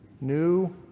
new